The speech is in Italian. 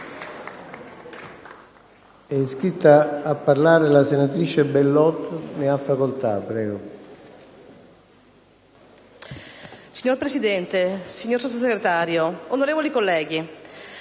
Signor Presidente, signora Sottosegretario, onorevoli colleghi,